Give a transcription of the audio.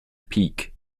peak